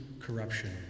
corruption